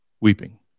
weeping